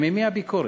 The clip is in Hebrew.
ממי הביקורת?